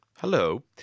Hello